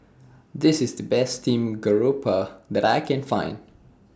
This IS The Best Steamed Garoupa that I Can Find